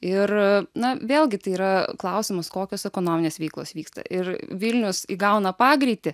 ir na vėlgi tai yra klausimas kokios ekonominės veiklos vyksta ir vilnius įgauna pagreitį